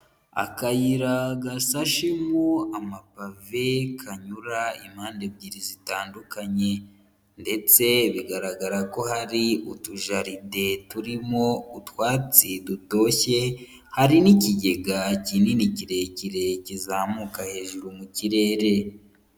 Akayira gasashemo amapave kanyura impande ebyiri zitandukanye ndetse bigaragara ko hari utujaride turimo utwatsi dutoshye, hari n'ikigega kinini kirekire kizamuka hejuru mu kirere.